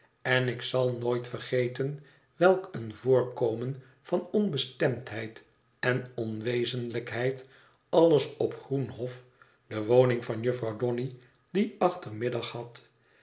en ik zal nooit vergeten welk een voorkomen van onbestemdheid en onwezenlijkheid alles op groenhof de woning van jufvrouw donny dien achtermiddag had